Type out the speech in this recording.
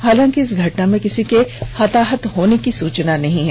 हालांकि इस घटना में किसी के हताहत होने की सुचना नहीं है